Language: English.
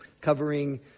covering